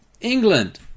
England